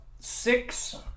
Six